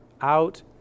out